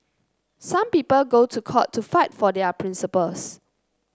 some people go to court to fight for their principles